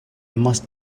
must